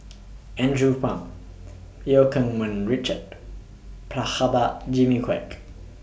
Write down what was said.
Andrew Phang EU Keng Mun Richard Prabhakara Jimmy Quek